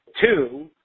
Two